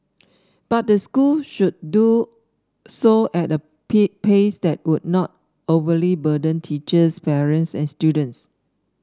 but the school should do so at a pace that would not overly burden teachers parents and students